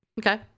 Okay